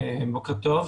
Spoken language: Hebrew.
בוקר טוב.